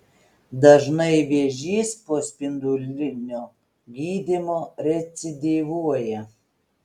dažnai vėžys po spindulinio gydymo recidyvuoja